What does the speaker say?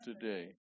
today